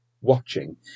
watching